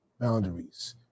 boundaries